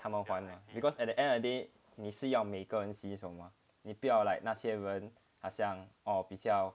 他们还 lor because at the end of day 你是要每个人洗手嘛你不要 like 那些人哦比较